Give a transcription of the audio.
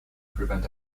prevent